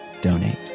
donate